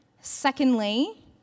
Secondly